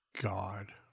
god